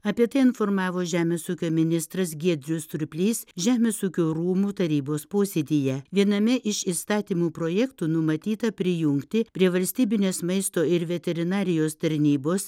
apie tai informavo žemės ūkio ministras giedrius surplys žemės ūkio rūmų tarybos posėdyje viename iš įstatymų projektų numatyta prijungti prie valstybinės maisto ir veterinarijos tarnybos